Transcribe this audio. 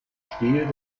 stil